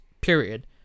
period